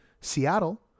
Seattle